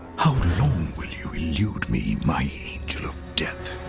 how long will you elude me, my angel of death?